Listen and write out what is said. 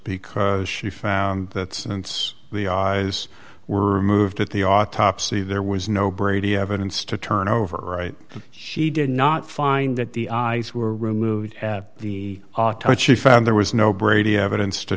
because she found that since the eyes were removed at the autopsy there was no brady evidence to turn over right she did not find that the eyes were removed the autopsy found there was no brady evidence to